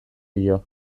dio